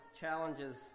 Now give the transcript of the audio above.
challenges